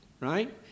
right